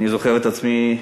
אני זוכר את עצמי,